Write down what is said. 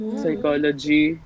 psychology